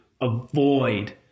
avoid